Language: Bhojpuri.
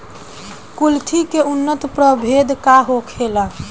कुलथी के उन्नत प्रभेद का होखेला?